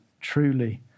Truly